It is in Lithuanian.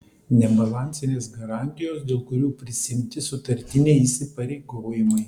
nebalansinės garantijos dėl kurių prisiimti sutartiniai įsipareigojimai